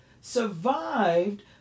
survived